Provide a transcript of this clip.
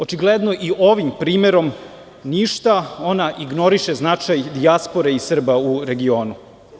Očigledno i ovim primerom ništa, ona ignoriše značaj dijaspore i Srba u regionu.